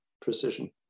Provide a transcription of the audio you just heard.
precision